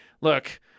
look